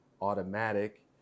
automatic